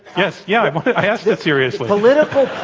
yes, yeah. i asked it seriously. political